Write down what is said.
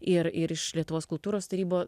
ir ir iš lietuvos kultūros tarybos